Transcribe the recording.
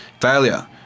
Failure